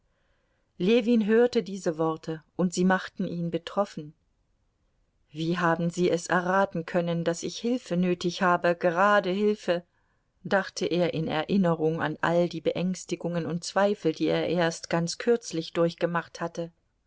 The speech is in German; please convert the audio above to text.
ljewin hörte diese worte und sie machten ihn betroffen wie haben sie es erraten können daß ich hilfe nötig habe gerade hilfe dachte er in erinnerung an all die beängstigungen und zweifel die er erst ganz kürzlich durchgemacht hatte